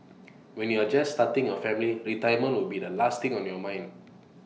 when you are just starting your family retirement will be the last thing on your mind